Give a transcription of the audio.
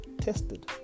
tested